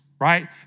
right